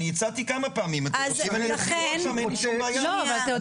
אני הצעתי כמה פעמים --- לא, אבל אתה